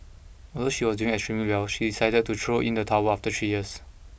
although she was doing extremely well she decided to throw in the towel after three years